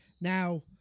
Now